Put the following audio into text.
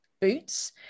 boots